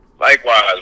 Likewise